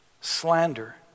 slander